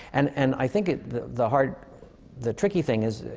and and i think it the the hard the tricky thing is,